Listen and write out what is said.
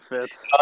fits